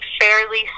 fairly